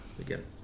Again